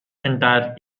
entire